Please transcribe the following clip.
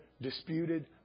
disputed